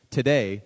today